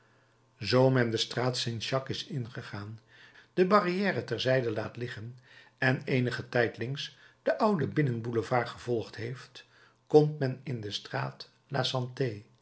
men de straat st jacques is ingegaan de barrière ter zijde laat liggen en eenigen tijd links den ouden binnen boulevard gevolgd heeft komt men in de straat la